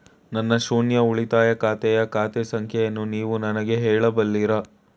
ನನ್ನ ಶೂನ್ಯ ಉಳಿತಾಯ ಖಾತೆಯ ಖಾತೆ ಸಂಖ್ಯೆಯನ್ನು ನೀವು ನನಗೆ ಹೇಳಬಲ್ಲಿರಾ?